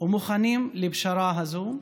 ומוכנים לפשרה הזאת,